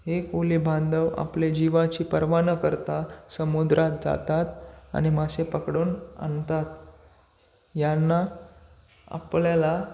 हे कोळी बांधव आपल्या जीवाची परवा न करता समुद्रात जातात आणि मासे पकडून आणतात यांना आपल्याला